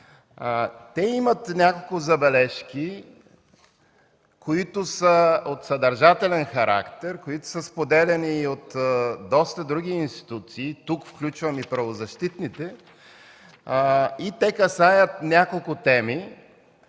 Те имат няколко забележки, които са от съдържателен характер, споделяни и от доста други институции – тук включвам и правозащитните, и те касаят няколко теми.